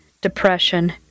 depression